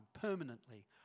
permanently